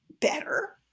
better